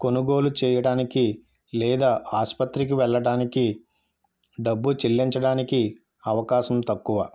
కొనుగోలు చేయడానికి లేదా ఆస్పత్రికి వెళ్ళడానికి డబ్బు చెల్లించడానికి అవకాశం తక్కువ